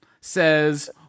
says